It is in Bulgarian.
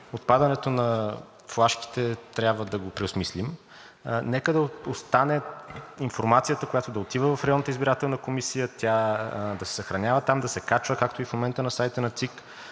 отпадането на флашките трябва да го преосмислим. Нека да остане информацията, която да отива в районната избирателна комисия, да се съхранява там, да се качва, както е и в момента на сайта на ЦИК,